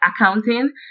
accounting